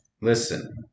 Listen